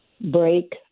break